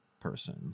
person